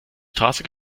straße